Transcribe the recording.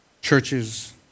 Churches